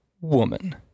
woman